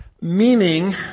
Meaning